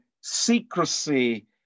secrecy